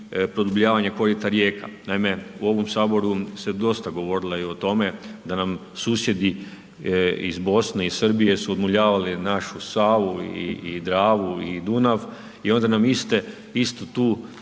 produbljavanje korita rijeka. Naime, u ovom Saboru ste dosta govorila i o tome da nam susjedi iz Bosne i Srbije su odmuljavali našu Savu i Dravu i Dunav i onda nam istu tu,